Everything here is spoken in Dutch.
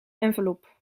envelop